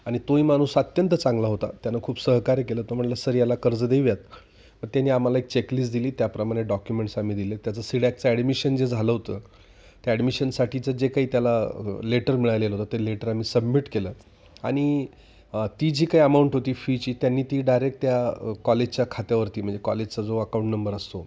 आणि तोही माणूस अत्यंत चांगला होता त्यानं खूप सहकार्य केलं तो म्हणाला सर याला कर्ज देऊयात मग त्यांनी आम्हाला एक चेकलिस्ट दिली त्याप्रमाणे डॉक्युमेंट्स आम्ही दिले त्याचं सिडॅकचं ॲडमिशन जे झालं होतं त्या ॲडमिशनसाठीचं जे काही त्याला लेटर मिळालेलं होतं ते लेटर आम्ही सबमिट केलं आणि ती जी काही अमाऊंट होती फीची त्यांनी ती डायरेक्ट त्या कॉलेजच्या खात्यावरती म्हणजे कॉलेजचा जो अकाऊंट नंबर असतो